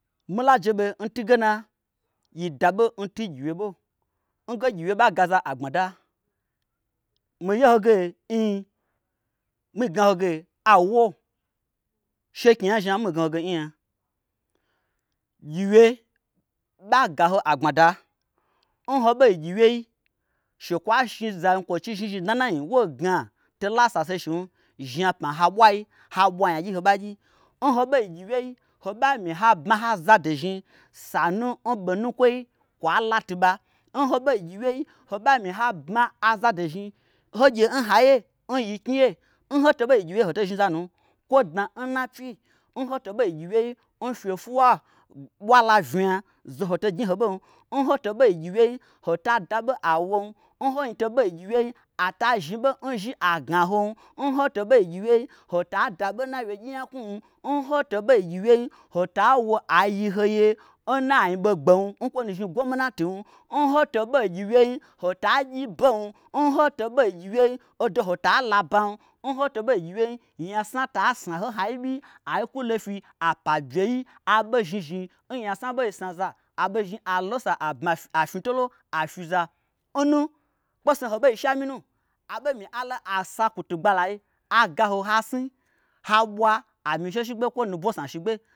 Mila jeɓe ntungena yi daɓo n tun gyiwyeɓo nge gyiwye ɓa gaza agbmada? Mi ye ho ge nnn mii gnahoge awo sheknyia zhnia mii gnaho ge nnnnya gyiwye ɓa gaho agbmada n hoɓei ngyiwyei shekwoa shni zanyikwochi zhnizhni dna nna anyi woi gna tola sase shim zhnapma nhabwai ha ɓwa nyagyi nhobagyi nho ɓei ngyiwyei hoɓa myi habmahoa zajezhni sanu ɓonukwoi kwala tuɓa nhobei ngyiwyei hoɓa myi habma azado zhni hogye n haiye n yiknyi ye nhoto ɓei ngyiwyei hoto zhni zanu kwo dna nnapyi nhoto ɓei n gyiwyei nfye fwuwa ɓwala vnya zohoto gnyi nhobom hoto ɓei ngyiwyei hota daɓo awom nhoto ɓei ngyiwyei ata zhnibo nzhi agnahom nhoto ɓei ngyiwyei hota daɓo nna wyegyi nyaknwum nhoto ɓei ngyiwyei hota wo aiyihoye nna anyiɓogbem nkwonu zhni gwomnatim nhoto ɓei ngyiwyei hotagyibem nhoto ɓei ngyiwyei odo hota lo'abam nhoto ɓei ngyiwyei nyasna ta snaho nhai byi aikwu lofyi apabyei aɓo zhnizhni n nyasna ɓei snaza aɓei zhni azhni nsa ai bma afnyitolo afyiza nnu kpesnu ho ɓei she'a myinu abamyi alo asa kwutugbalai agaho hasni ha ɓwa amyishe shigbe kwo nubo sna shigbe